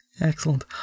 Excellent